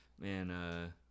Man